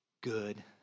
good